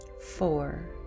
Four